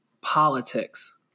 politics